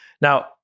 Now